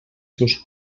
seus